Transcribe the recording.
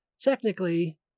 Technically